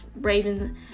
Raven